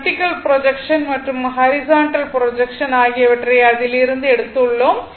vertical projection மற்றும் horizontal projection ஆகியற்றை அதிலிருந்து எடுத்துள்ளோம்